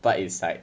but it's like